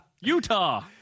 Utah